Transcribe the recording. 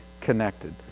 connected